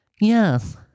Yes